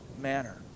manner